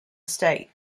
estate